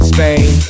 Spain